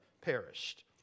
perished